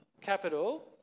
capital